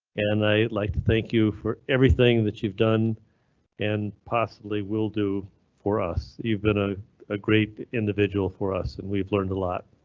and i would like to thank you for everything that you've done and possibly will do for us. you've been ah a great individual for us, and we've learned a lot,